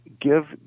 give